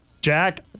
Jack